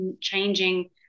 changing